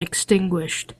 extinguished